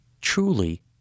truly